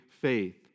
faith